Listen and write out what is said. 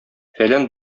фәлән